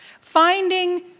finding